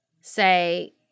say